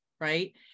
right